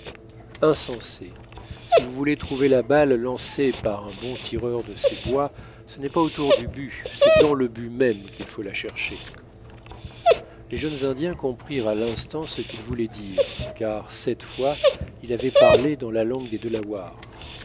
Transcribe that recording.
insensés si vous voulez trouver la balle lancée par un bon tireur de ces bois ce n'est pas autour du but c'est dans le but même qu'il faut la chercher les jeunes indiens comprirent à l'instant ce qu'il voulait dire car cette fois il avait parlé dans la langue des delawares